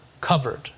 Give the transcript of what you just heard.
covered